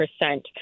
percent